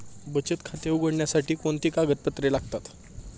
बचत खाते उघडण्यासाठी कोणती कागदपत्रे लागतात?